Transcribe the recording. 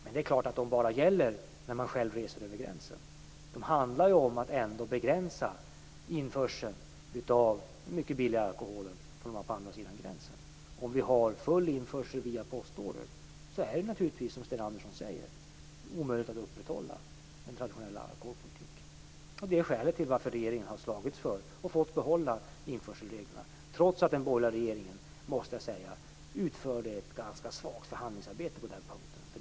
Men det är klart att de bara gäller när man själv reser över gränsen. Det handlar ju ändå om att begränsa införseln av mycket billigare alkohol från andra sidan gränsen. Om vi har full införsel via postorder är det naturligtvis, som Sten Andersson säger, omöjligt att upprätthålla en traditionell alkoholpolitik. Det är skälet till att regeringen har slagits för, och fått behålla, införselreglerna; detta trots att den borgerliga regeringen utförde, måste jag säga, ett ganska svagt förhandlingsarbete på den punkten.